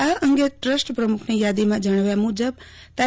આ અંગે ટ્રસ્ટ પ્રમુખ ની યાદીમાં જણાવાયા મુજબ તા